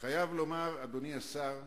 אני חייב לומר, אדוני השר,